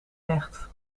recht